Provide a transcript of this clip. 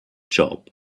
job